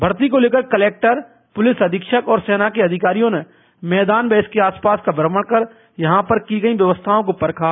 भर्ती को लेकर कलेक्टर पुलिस अधीक्षक और सेना के अधिकारियों ने मैदान व इसके आसपास का भ्रमण कर यहां पर की गईं व्यवस्थाओं को परखा